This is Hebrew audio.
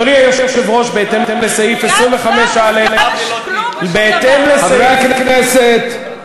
אדוני היושב-ראש, בהתאם לסעיף 25(א) חברי הכנסת.